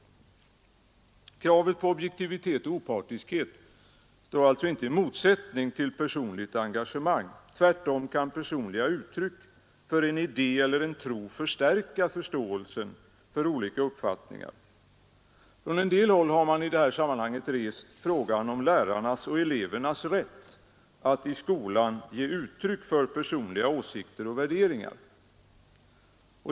Kravet på objektivitet och opartiskhet står alltså inte i motsättning till personligt engagemang. Tvärtom kan personliga uttryck för en idé eller en tro förstärka förståelsen för olika uppfattningar. Från en del håll har man i det här sammanhanget rest frågan om lärarnas och elevernas rätt att i skolan ge uttryck för personliga åsikter och värderingar.